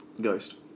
Ghost